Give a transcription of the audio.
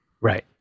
Right